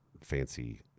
fancy